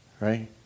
Right